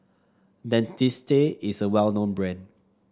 Dentiste is a well known brand